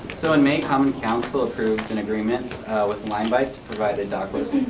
so in may, common council approved an agreement with limebike to provide the dockless,